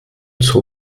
zur